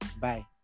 bye